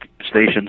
stations